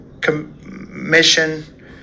Commission